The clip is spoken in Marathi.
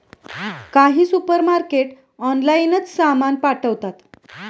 काही सुपरमार्केट ऑनलाइनच सामान पाठवतात